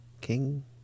King